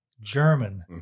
German